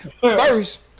first